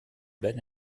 belle